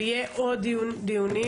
ויהיו עוד דיונים,